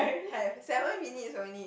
have seven minutes only